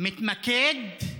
מתמקד,